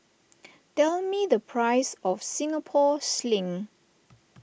tell me the price of Singapore Sling